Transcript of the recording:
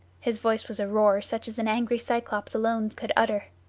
his voice was a roar such as an angry cyclops alone could utter.